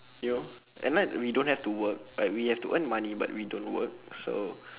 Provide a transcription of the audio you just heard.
you know at night we don't have to work but we have to earn money but we don't work so